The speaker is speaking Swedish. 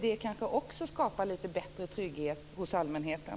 Det kanske också skulle skapa lite bättre trygghet hos allmänheten.